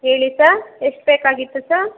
ಹೇಳಿ ಸ ಎಷ್ಟು ಬೇಕಾಗಿತ್ತು ಸ